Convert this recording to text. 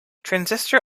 transistor